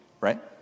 right